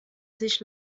sich